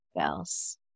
else